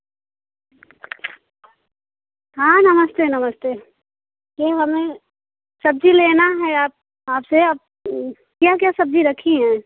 हाँ नमस्ते नमस्ते जी हमें सब्ज़ी लेना है आप आपसे आप क्या क्या सब्ज़ी रखी हैं